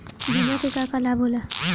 बिमा के का का लाभ होला?